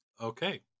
Okay